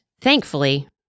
thankfully